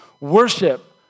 worship